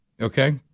Okay